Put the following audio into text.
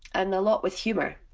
and a lot with humour,